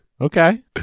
Okay